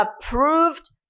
approved